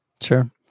Sure